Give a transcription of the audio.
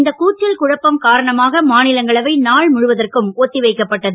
இந்த கூச்சம் குழப்பம் காரணமாக மாநிலங்களவை நாள் முழுவதற்கும் ஒத்திவைக்கப்பட்டது